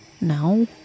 No